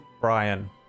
Brian